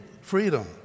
freedom